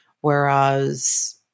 Whereas